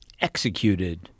executed